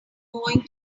going